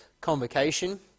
convocation